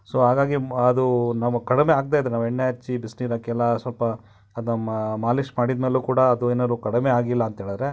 so ಹಾಗಾಗಿ ಮ್ ಅದು ನಮಗೆ ಕಡಿಮೆ ಆಗದೇ ಇದ್ರೆ ನಾವು ಎಣ್ಣೆ ಹಚ್ಚಿ ಬಿಸ್ನೀರು ಹಾಕಿ ಎಲ್ಲ ಸ್ವಲ್ಪ ಅದನ್ನ ಮಾಲಿಶ್ ಮಾಡಿದ ಮೇಲೂ ಕೂಡ ಅದು ಏನಾದ್ರೂ ಕಡಿಮೆ ಆಗಿಲ್ಲ ಅಂತ ಹೇಳಿದ್ರೆ